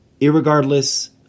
Irregardless